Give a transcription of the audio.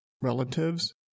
relatives